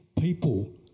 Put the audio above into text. people